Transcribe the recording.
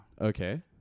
Okay